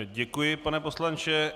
Děkuji, pane poslanče.